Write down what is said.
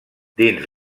dins